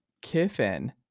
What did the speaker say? Kiffin